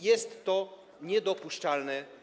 Jest to niedopuszczalne.